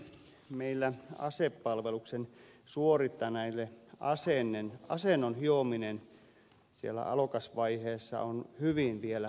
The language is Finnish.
meillä asepalveluksen suorittaneilla asennon hiominen siellä alokasvaiheessa on hyvin vielä muistissa